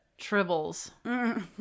tribbles